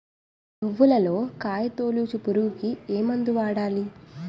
నువ్వులలో కాయ తోలుచు పురుగుకి ఏ మందు వాడాలి?